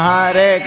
Hare